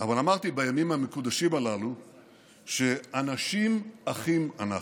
אמרתי בימים המקודשים הללו שאנשים אחים אנחנו.